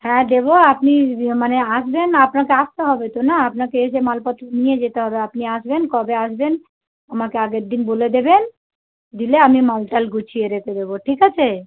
হ্যাঁ দেবো আপনি মানে আসবেন আপনাকে আসতে হবে তো না আপনাকে এসে মালপত্র নিয়ে যেতে হবে আপনি আসবেন কবে আসবেন আমাকে আগের দিন বলে দেবেন দিলে আমি মাল টাল গুছিয়ে রেখে দেবো ঠিক আছে